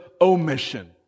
omission